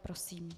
Prosím.